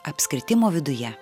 apskritimo viduje